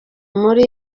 muri